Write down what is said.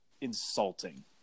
insulting